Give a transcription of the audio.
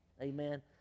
Amen